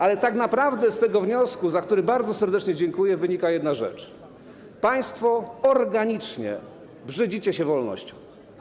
Ale tak naprawdę z tego wniosku, za który bardzo serdecznie dziękuję, wynika jedna rzecz: państwo organicznie brzydzicie się wolnością.